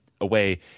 away